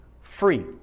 Free